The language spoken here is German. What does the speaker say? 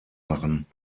machen